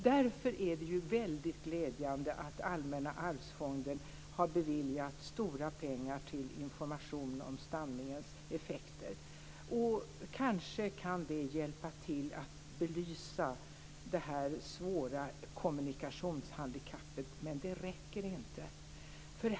Därför är det väldigt glädjande att Allmänna arvsfonden har beviljat stora pengar till information om stamningens effekter. Kanske kan det hjälpa till att belysa det här svåra kommunikationshandikappet men det räcker inte.